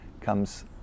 comes